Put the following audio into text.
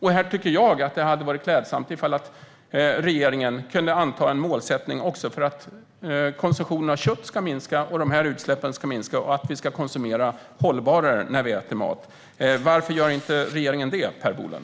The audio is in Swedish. Här tycker jag att det hade varit klädsamt om regeringen hade kunnat anta en målsättning för minskad köttkonsumtion och minskade utsläpp och för en mer hållbar konsumtion när det gäller mat. Varför gör inte regeringen det, Per Bolund?